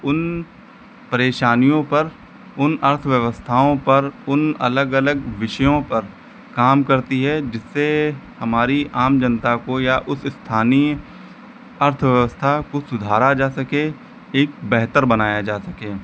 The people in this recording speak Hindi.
उन परेशानियों पर उन अर्थव्यवस्थाओं पर उन अलग अलग विषयों पर काम करती है जिससे हमारी आम जनता को या उस स्थानीय अर्थव्यवस्था को सुधारा जा सके एक बेहतर बनाया जा सके